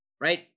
right